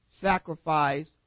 sacrifice